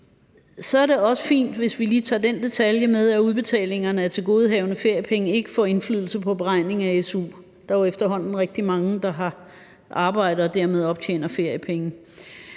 Så er det også fint, hvis vi lige tager den detalje med, at udbetalingerne af tilgodehavende feriepenge ikke får indflydelse på beregningen af su. Der er jo efterhånden rigtig mange, der har arbejde og dermed optjener feriepenge.